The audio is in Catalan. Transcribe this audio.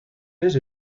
les